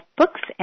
books